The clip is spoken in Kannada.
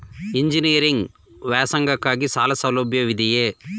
ಎಂಜಿನಿಯರಿಂಗ್ ವ್ಯಾಸಂಗಕ್ಕಾಗಿ ಸಾಲ ಸೌಲಭ್ಯವಿದೆಯೇ?